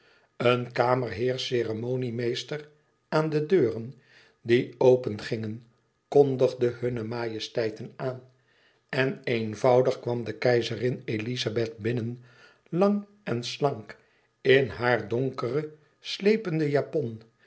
uitgedoezeld een kamerheer ceremoniemeester aan de deuren die opengingen kondigde hunne majesteiten aan en eenvoudig kwam de keizerin elizabeth binnen lang en slank in haar donkeren slependen japon